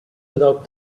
without